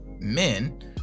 men